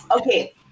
okay